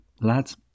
lads